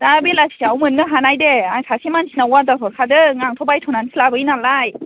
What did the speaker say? दा बेलासियाव मोननो हानाय दे आं सासे मानसिनाव अर्दार हरखादों आंथ' बायस'नानैसो लाबोयो नालाय